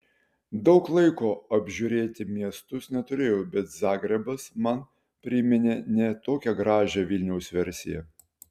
daug laiko apžiūrėti miestus neturėjau bet zagrebas man priminė ne tokią gražią vilniaus versiją